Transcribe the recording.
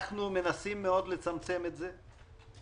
מנסים מאוד לצמצם את זה.